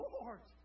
Lord